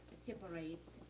separates